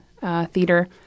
theater